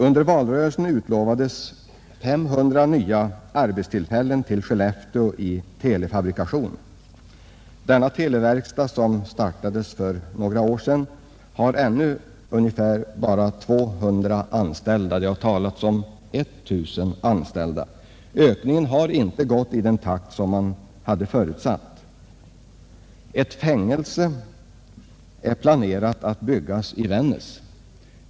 Under valrörelsen utlovades 500 nya arbetstillfällen till Skellefteå i telefabrikation. Denna televerkstad, som startades för några år sedan, har ännu bara ungefär 200 anställda — det har talats om 1 000 anställda. Ökningen har inte gått i den takt som förutsattes. Ett fängelse är planerat att byggas i Vännäs.